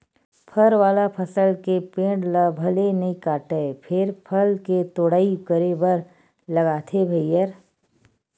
फर वाला फसल के पेड़ ल भले नइ काटय फेर फल के तोड़ाई करे बर लागथे भईर